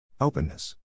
Openness